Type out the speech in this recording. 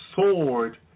sword